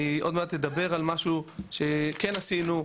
אני עוד מעט אדבר על משהו שכן עשינו,